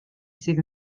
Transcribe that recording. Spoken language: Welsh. sydd